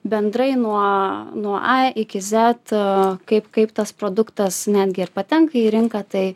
bendrai nuo nuo a iki z kaip kaip tas produktas netgi patenka į rinką tai